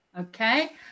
Okay